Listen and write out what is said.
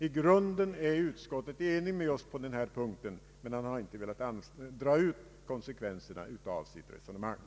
I grunden är utskottet enigt med oss på denna punkt, men utskottet har inte velat dra ut konsekvenserna av sitt resonemang.